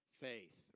faith